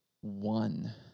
one